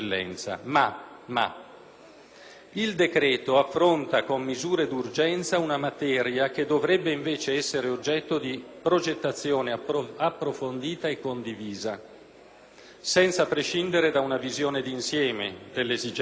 all'esame affronta con misure di urgenza una materia che dovrebbe invece essere oggetto di progettazione approfondita e condivisa, senza prescindere da una visione di insieme dell'esigenza dell'intero sistema.